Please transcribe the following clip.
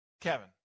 Kevin